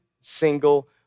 single